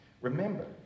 Remember